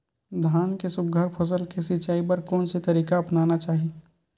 धान के सुघ्घर फसल के सिचाई बर कोन से तरीका अपनाना चाहि?